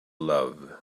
love